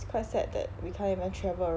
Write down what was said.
it's quite sad that we can't even travel around